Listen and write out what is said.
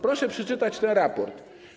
Proszę przeczytać ten raport.